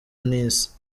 n’isi